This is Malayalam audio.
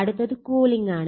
അടുത്തത് കൂളിംഗാണ്